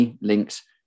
links